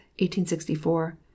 1864